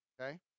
okay